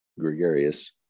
gregarious